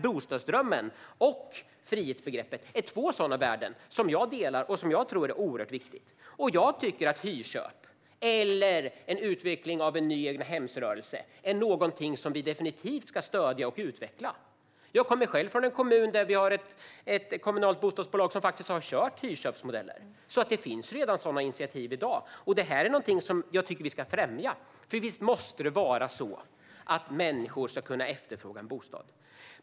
Bostadsdrömmen och frihetsbegreppet är två sådana värden som jag delar och tror är oerhört viktiga. Hyrköp eller en utveckling av en ny egnahemsrörelse är saker som vi definitivt ska stödja och utveckla. Jag kommer själv från en kommun där vi har ett kommunalt bostadsbolag som har använt hyrköpsmodeller. Det finns redan sådana initiativ i dag. Det är någonting som jag tycker att vi ska främja. Visst måste det vara så att människor ska kunna efterfråga en bostad!